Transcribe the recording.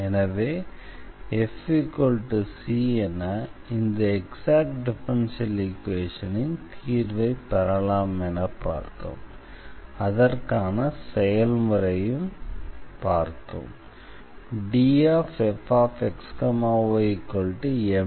எனவே f c என இந்த எக்ஸாக்ட் டிஃபரன்ஷியல் ஈக்வேஷனின் தீர்வை பெறலாம் என பார்த்தோம் அதற்கான செயல்முறையும் பார்த்தோம்